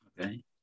Okay